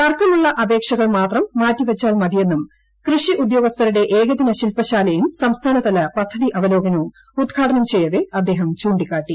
തർക്കമുള്ള അപേക്ഷകൾ മാത്രം മാറ്റിവച്ചാൽ മതിയെന്നും കൃഷി ഉദ്യോഗസ്ഥരുടെ ഏകദിന ശിൽപശാലയും സംസ്ഥാനതല പദ്ധതി അവലോകനവും ഉദ്ഘാടനം ചെയ്യവെ അദ്ദേഹം ചൂണ്ടിക്കാട്ടി